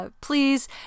please